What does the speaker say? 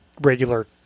regular